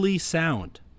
sound